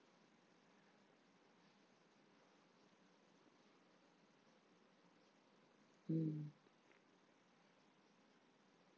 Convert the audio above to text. mm